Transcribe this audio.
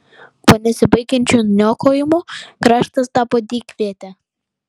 po nesibaigiančių niokojimų kraštas tapo dykviete